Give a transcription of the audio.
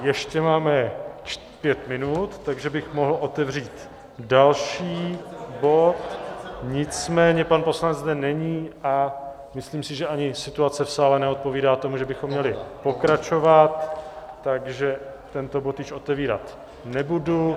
A ještě máme pět minut, takže bych mohl otevřít další bod, nicméně pan poslanec zde není a myslím si, že ani situace v sále neodpovídá tomu, že bychom měli pokračovat, takže tento bod již otevírat nebudu.